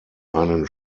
einen